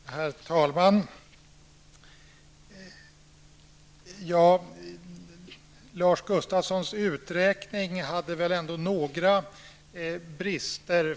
Herr talman! Lars Gustafssons uträkning hade väl ändå några brister.